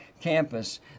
campus